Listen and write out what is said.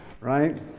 right